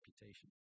reputation